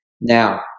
Now